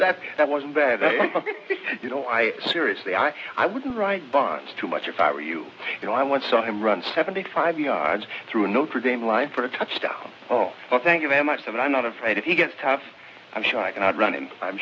that that wasn't bad you know i seriously i i wouldn't write bonds too much if i were you you know i once saw him run seventy five yards through a notre dame line for a touchdown oh well thank you very much and i'm not afraid if he gets tough i'm sure i cannot run and i'm